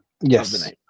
Yes